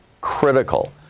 critical